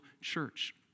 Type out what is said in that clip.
church